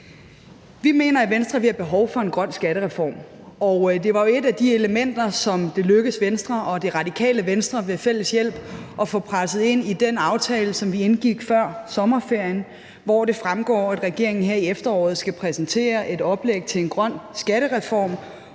Vi mener i Venstre, at vi har behov for en grøn skattereform. Det var jo et af de elementer, som det lykkedes Venstre og Det Radikale Venstre ved fælles hjælp at få presset ind i den aftale, som vi indgik før sommerferien, og hvor det fremgår, at regeringen her i efteråret skal præsentere et oplæg til en grøn skattereform,